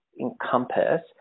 encompass